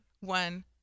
One